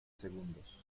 segundos